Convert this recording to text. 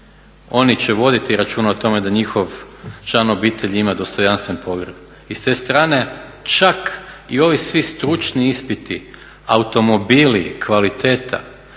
Oni će voditi računa o tome da njihov član obitelji ima dostojanstven pogreb. I s te strane čak i ovi svi stručni ispiti, automobili, kvaliteta,